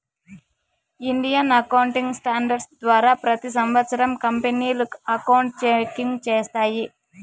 Indian accounting standards ద్వారా ప్రతి సంవత్సరం కంపెనీలు అకౌంట్ చెకింగ్ చేస్తాయి